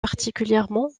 particulièrement